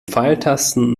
pfeiltasten